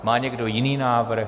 Má někdo jiný návrh?